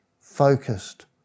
focused